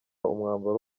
umwambaro